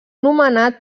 nomenat